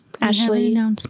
Ashley